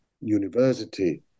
university